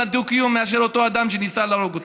הדו-קיום מאשר אותו אדם שניסה להרוג אותי.